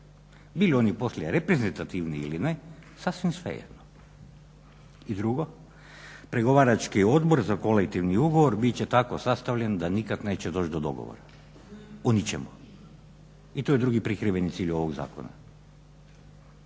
Bili oni poslije reprezentativni ili ne sasvim svejedno. I drugo, pregovarački Odbor za kolektivni ugovor bit će tako sastavljen da nikad neće doći do dogovora o ničemu. I to je drugi prikriveni cilj ovog zakona.